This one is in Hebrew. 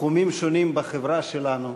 תחומים שונים בחברה שלנו